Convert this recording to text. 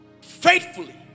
faithfully